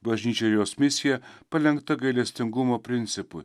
bažnyčia ir jos misija palenkta gailestingumo principu